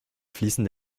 fließen